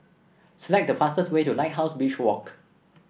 select the fastest way to Lighthouse Beach Walk